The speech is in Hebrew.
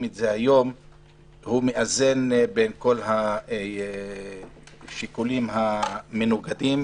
היום מאזן בין כל השיקולים המנוגדים.